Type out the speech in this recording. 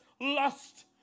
lust